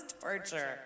torture